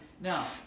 Now